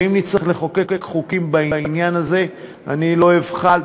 ואם נצטרך לחוקק חוקים בעניין הזה לא אבחל,